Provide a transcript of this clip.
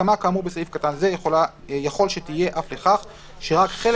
הסכמה כאמור בסעיף קטן זה יכול שתהיה אף לכך שרק חלק